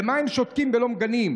למה הם שותקים ולא מגנים?